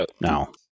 No